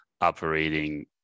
operating